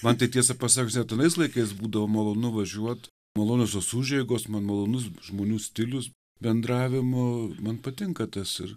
mat tai tiesą pasakius net anais laikais būdavo malonu važiuot malonios tos užeigos man malonus žmonių stilius bendravimo man patinka tas ir